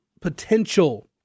potential